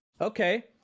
okay